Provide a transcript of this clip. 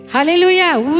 Hallelujah